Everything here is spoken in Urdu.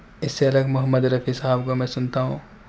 اس سے الگ محمد رفیع صاحب کا میں سنتا ہوں